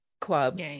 club